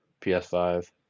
PS5